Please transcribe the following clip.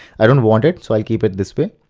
i don't want it so i keep it this way.